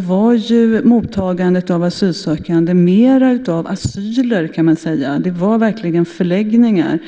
var mottagandet av asylsökande mer i form av asyler. Det var verkligen förläggningar.